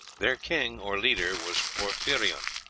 their king or leader was porphyrion,